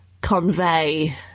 convey